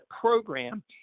program